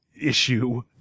issue